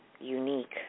unique